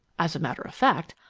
as a matter of fact,